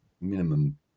minimum